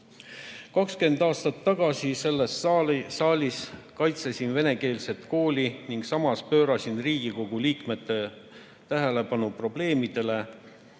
aastat tagasi selles saalis ma kaitsesin venekeelset kooli ning samas pöörasin Riigikogu liikmete tähelepanu probleemidele,